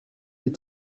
des